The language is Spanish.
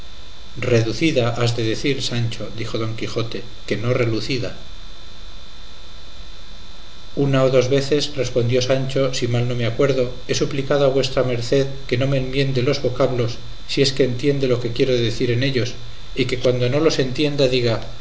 has de decir sancho dijo don quijote que no relucida una o dos veces respondió sancho si mal no me acuerdo he suplicado a vuestra merced que no me emiende los vocablos si es que entiende lo que quiero decir en ellos y que cuando no los entienda diga